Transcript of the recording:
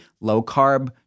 low-carb